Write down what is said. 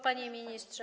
Panie Ministrze!